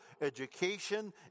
education